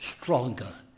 stronger